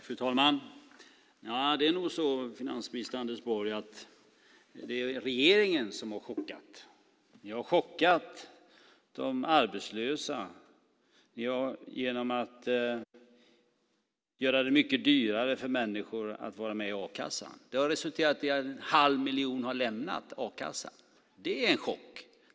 Fru talman! Nej, det är nog så, finansminister Anders Borg, att det är regeringen som har chockat. Ni har chockat de arbetslösa genom att göra det mycket dyrare för människor att vara med i a-kassan. Det har resulterat i att en halv miljon har lämnat a-kassan. Det är en chock.